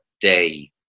day